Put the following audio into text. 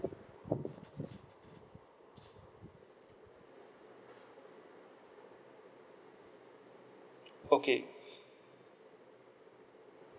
okay